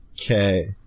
Okay